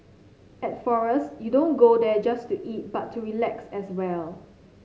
at Forest you don't go there just to eat but to relax as well